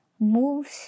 moves